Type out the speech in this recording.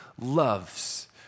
loves